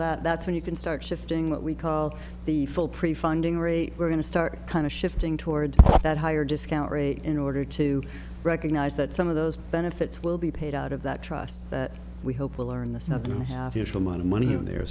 that that's when you can start shifting what we call the full prefunding rate we're going to start kind of shifting toward that higher discount rate in order to recognize that some of those benefits will be paid out of that trust that we hope will earn the seven a half years amount of money in there